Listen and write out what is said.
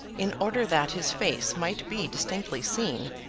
in order that his face might be distinctly seen,